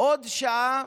עוד שעה,